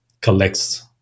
collects